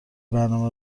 برنامه